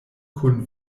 kun